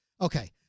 Okay